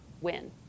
win